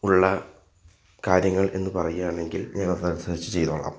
ഉള്ള കാര്യങ്ങൾ എന്ന് പറയുകയാണെങ്കിൽ ഞാൻ അതനുസരിച്ച് ചെയ്തോളാം